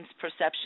perception